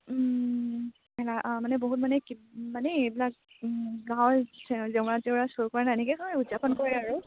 মানে বহুত মানে কি মানে এইবিলাক গাঁৱৰ জেওৰা চেওৰা চুৰ কৰা তেনেকে হয় আৰু উদযাপন কৰে আৰু